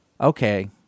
Okay